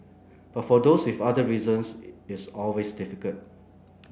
but for those with other reasons it's always difficult